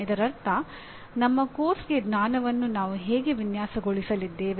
ಇದರರ್ಥ ನಮ್ಮ ಪಠ್ಯಕ್ಕೆ ಜ್ಞಾನವನ್ನು ನಾವು ಹೀಗೆ ವಿನ್ಯಾಸಗೊಳಿಸಲಿದ್ದೇವೆ